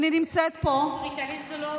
אני נמצאת פה, ריטלין זה לא,